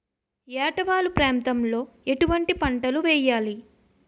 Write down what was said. ఏటా వాలు ప్రాంతం లో ఎటువంటి పంటలు వేయాలి?